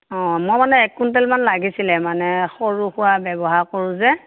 অ মই মানে এক কুইণ্টলমান লাগিছিলে মানে সৰু সুৰা ব্যৱহাৰ কৰোঁ যে